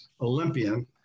Olympian